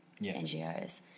NGOs